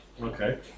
Okay